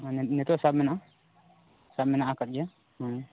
ᱢᱟᱱᱮ ᱱᱤᱛᱚᱜ ᱥᱟᱵ ᱢᱮᱱᱟᱜᱼᱟ ᱥᱟᱵ ᱢᱮᱱᱟᱜ ᱟᱠᱟᱫ ᱜᱮᱭᱟ